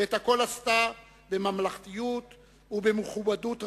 ואת הכול עשתה בממלכתיות ובמכובדות רבה,